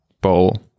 bowl